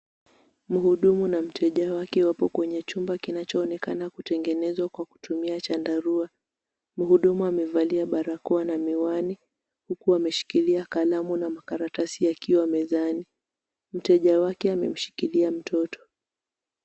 Mhudumu na mteja wake wapo kwenye chumba kinachoonekana kutengenezwa kwa kutumia chandarua. Mhudumu amevalia barakoa na miwani huku ameshikilia kalamu na makaratasi yakiwa mezani. Mteja wake amemshikilia mtoto.